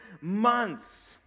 months